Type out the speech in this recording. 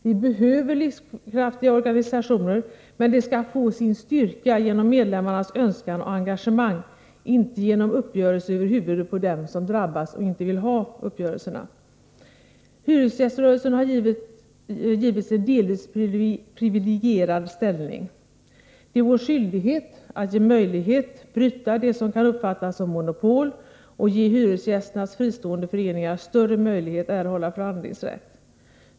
Vi behöver livskraftiga organisationer, men de skall få sin styrka genom medlemmarnas önskan och engagemang, inte genom uppgörelser över huvudet på dem som drabbas, och inte vill ha dem. Hyresgäströrelsen har givits en delvis privilegierad ställning. Det är vår skyldighet att ge möjlighet att bryta det som kan uppfattas som monopol och ge hyresgästernas fristående föreningar större möjlighet att erhålla förhandlingsrätt.